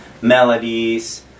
melodies